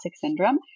syndrome